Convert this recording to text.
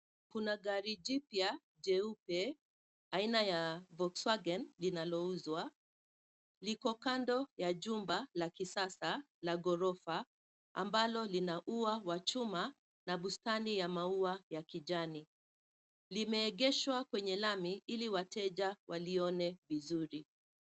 Kuna gari jipya jeupe aina ya volkswagen linalouzwa, liko kando ya jumba la kisasa la ghorofa ambalo lina ua wa chuma na bustani ya maua ya kijani. Limeegeshwa kwenye lami ili wateja walione vizuri.